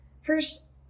First